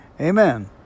amen